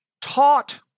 taught